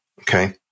okay